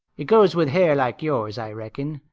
it goes with hair like yours, i reckon.